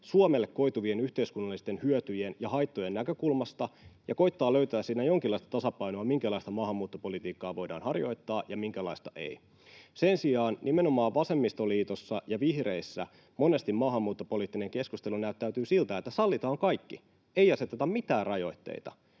Suomelle koituvien yhteiskunnallisten hyötyjen ja haittojen näkökulmasta ja koettavat löytää siinä jonkinlaista tasapainoa, minkälaista maahanmuuttopolitiikkaa voidaan harjoittaa ja minkälaista ei. Sen sijaan nimenomaan vasemmistoliitossa ja vihreissä monesti maahanmuuttopoliittinen keskustelu näyttäytyy siltä, että sallitaan kaikki, ei aseteta mitään rajoitteita.